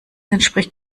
entspricht